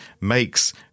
makes